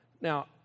Now